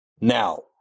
now